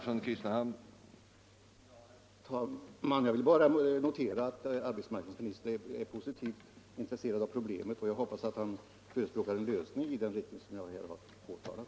Herr talman! Jag vill bara notera att arbetsmarknadsministern är positivt intresserad av problemet. Jag hoppas han förespråkar en lösning i den riktning jag påtalat.